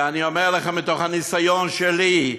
ואני אומר לכם מתוך הניסיון שלי,